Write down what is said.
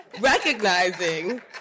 recognizing